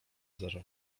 zero